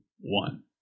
one